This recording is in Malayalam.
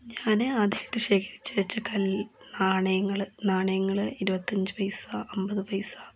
ഞാൻ ആദ്യമായിട്ടു ശേഖരിച്ചു വച്ച നാണയങ്ങൾ നാണയങ്ങൾ ഇരുപത്തിയഞ്ച് പൈസ അമ്പത് പൈസ